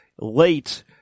late